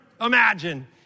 imagine